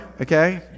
okay